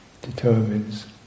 determines